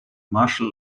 marshal